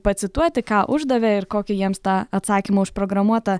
pacituoti ką uždavė ir kokį jiems tą atsakymą užprogramuotą